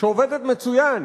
שעובדת מצוין,